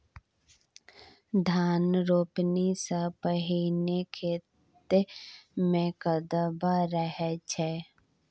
धान रोपणी सँ पहिने खेत मे कदबा रहै छै